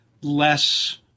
less